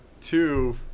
two